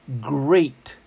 great